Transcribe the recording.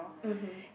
mmhmm